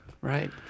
Right